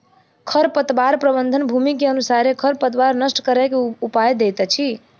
खरपतवार प्रबंधन, भूमि के अनुसारे खरपतवार नष्ट करै के उपाय दैत अछि